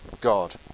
God